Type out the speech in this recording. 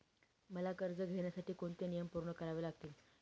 मला कर्ज घेण्यासाठी कोणते नियम पूर्ण करावे लागतील?